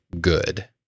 good